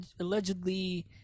allegedly